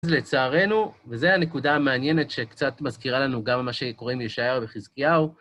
לצערנו, וזה הנקודה המעניינת שקצת מזכירה לנו גם מה שקורה עם ישעיהו וחזקיהו.